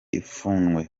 ipfunwe